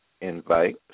invite